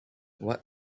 what